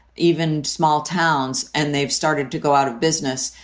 even small towns. and they've started to go out of business.